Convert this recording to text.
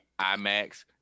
IMAX